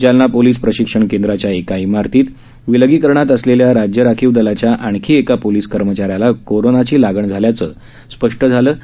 Jalna police प्रशिक्षण केंद्राच्या एका इमारतीत विलगीकरणात असलेल्या राज्य राखीव दलाच्या आणखी एका पोलीस कर्मचाऱ्याला कोरोनाची लागण झाल्याचे स्पष्ट झाले आहे